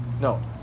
No